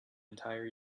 entire